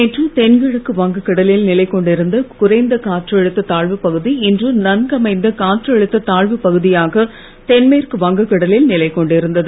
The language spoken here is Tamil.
நேற்று தென்கிழக்கு வங்கக்கடலில் நிலை கொண்டிருந்த குறைந்த காற்றழுத்த தாழ்வுப்பகுதி இன்று நன்கமைந்த காற்றழுத்த தாழ்வுப் பகுதியாக தென்மேற்கு வங்கக்கடலில் நிலை கொண்டிருந்தது